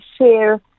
share